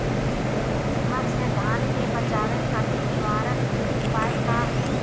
दिमक से धान के बचावे खातिर निवारक उपाय का ह?